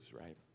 right